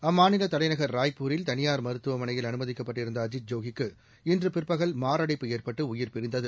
அம்மாநில தலைநகர் ராய்ப்பூரில் தனியார் மருத்துவமளையில் அனுமதிக்கப்பட்டிருந்த அஜீத் ஜோகிக்கு இன்று பிற்பகல் மாரடைப்பு ஏற்பட்டு உயிர் பிரிந்தது